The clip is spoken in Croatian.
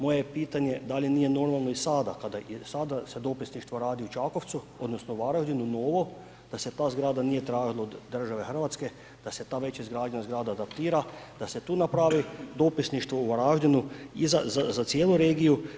Moje je pitanje da li nije normalo i sada kada i sada se dopisništvo radi u Čakovcu odnosno Varaždinu novo da se ta zgrada nije tražila od države Hrvatska da se ta već izgradnja zgrada adaptira, da se tu napravi dopisništvo u Varaždinu i za cijelu regiju.